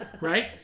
right